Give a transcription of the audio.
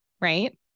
right